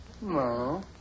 No